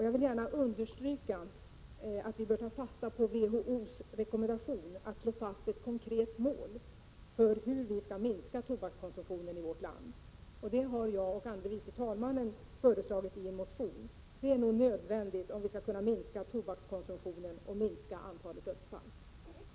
Jag vill gärna understryka att vi bör ta fasta på WHO:s rekommendation att vi bör slå fast ett konkret mål för hur vi skall minska tobakskonsumtionen i vårt land. Det har jag och andre vice talman föreslagit i en motion. Det är nödvändigt, om vi skall kunna minska tobakskonsumtionen och antalet dödsfall på grund av rökning.